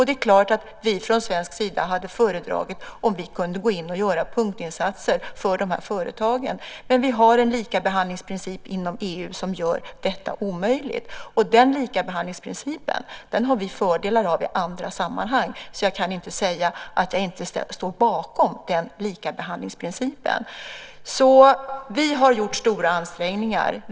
Det är klart att vi från svensk sida hade föredragit om vi kunde gå in och göra punktinsatser för de här företagen. Men vi har en likabehandlingsprincip inom EU som gör detta omöjligt. Den likabehandlingsprincipen har vi fördelar av i andra sammanhang, så jag kan inte säga att jag inte står bakom likabehandlingsprincipen. Vi har alltså gjort stora ansträngningar.